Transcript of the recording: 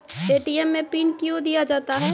ATM मे PIN कयो दिया जाता हैं?